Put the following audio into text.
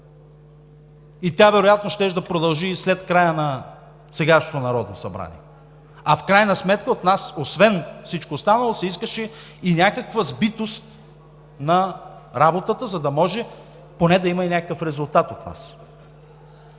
и тя вероятно щеше да продължи и след края на сегашното Народно събрание. А в крайна сметка от нас, освен всичко останало, се искаше и някаква сбитост на работата, за да може поне да има и резултат от нас.